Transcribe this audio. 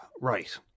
Right